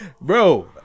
Bro